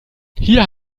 hier